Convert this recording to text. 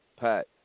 pat